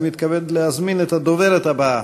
אני מתכבד להזמין את הדוברת הבאה,